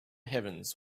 heavens